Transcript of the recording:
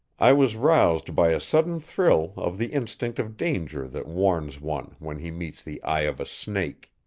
i was roused by a sudden thrill of the instinct of danger that warns one when he meets the eye of a snake.